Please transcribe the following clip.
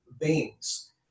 beings